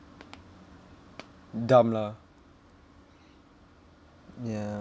dumb lah ya